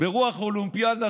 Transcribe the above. ברוח האולימפיאדה,